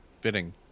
fitting